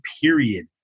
period